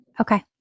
Okay